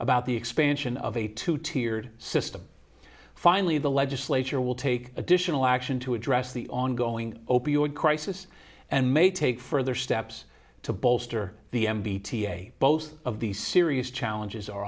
about the expansion of a two tiered system finally the legislature will take additional action to address the ongoing opioid crisis and may take further steps to bolster the m b t a both of these serious challenges are